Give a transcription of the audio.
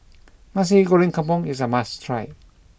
Nasi Goreng Kampung is a must try